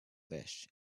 fish